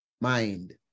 mind